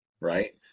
right